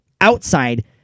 outside